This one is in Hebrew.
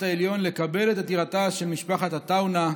העליון לקבל את עתירתה של משפחת עטאונה,